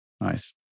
nice